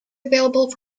available